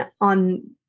on